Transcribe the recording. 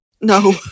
No